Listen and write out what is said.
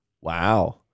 Wow